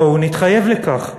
בואו נתחייב לכך.